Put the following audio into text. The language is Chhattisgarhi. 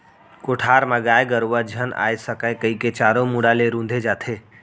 कोठार म गाय गरूवा झन आ सकय कइके चारों मुड़ा ले रूंथे जाथे